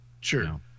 Sure